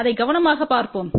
அதை கவனமாக பார்ப்போம்